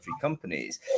companies